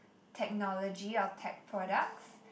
technology or tech products